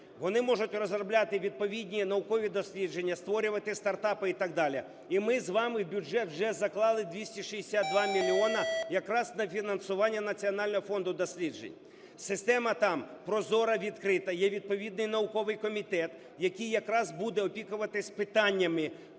Вони можуть розробляти відповідні наукові дослідження, створювати стартапи і так далі. І ми з вами в бюджет вже заклали 262 мільйона якраз на фінансування Національного фонду досліджень. Система там прозора, відкрита, є відповідний науковий комітет, який якраз буде опікуватися питаннями